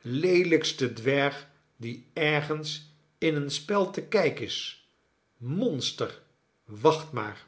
leelijkste dwerg die ergens in een spel te kijk is monster wacht maar